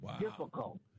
difficult